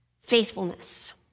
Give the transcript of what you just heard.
Faithfulness